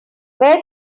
were